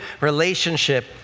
relationship